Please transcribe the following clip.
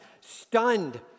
Stunned